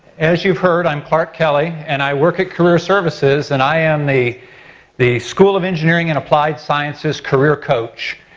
as you've heard i'm clark kelly and i work at career services and i am the the school of engineering and applied science's career coach.